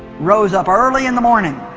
rose up early in the morning